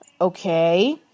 Okay